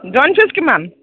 join fees কিমান